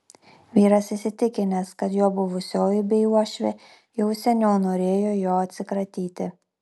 vyras įsitikinęs kad jo buvusioji bei uošvė jau seniau norėjo jo atsikratyti